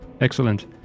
Excellent